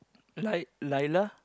like Lyla